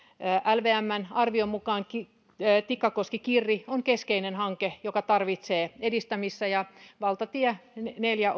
lvmn arvion mukaan tikkakoski kirri on keskeinen hanke joka tarvitsee edistämistä ja valtatie neljä